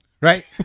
right